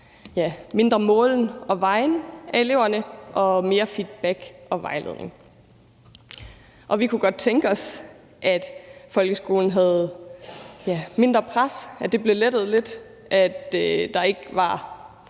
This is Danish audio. mindre måling og vejning af eleverne og mere feedback og vejledning. Vi kunne godt tænke os, at der var mindre pres i folkeskolen, altså at det blev lettet lidt, og at der ikke var